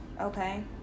Okay